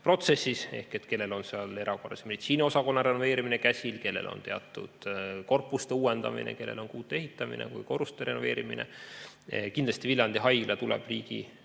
protsessis, kellel on käsil erakorralise meditsiini osakonna renoveerimine, kellel on teatud korpuste uuendamine, kellel on uute ehitamine või korruste renoveerimine. Kindlasti Viljandi haigla tuleb riigi,